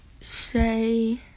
Say